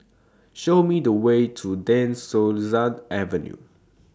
Show Me The Way to De Souza Avenue